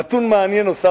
נתון מעניין נוסף,